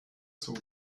zug